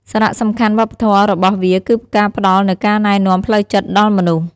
សារៈសំខាន់វប្បធម៌របស់វាគឺការផ្តល់នូវការណែនាំផ្លូវចិត្តដល់មនុស្ស។